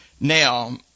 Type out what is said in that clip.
Now